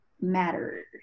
Matters